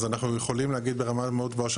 אז אנחנו יכולים להגיד ברמה מאוד גבוהה של